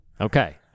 Okay